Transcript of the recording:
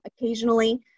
Occasionally